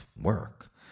work